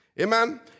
Amen